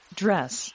dress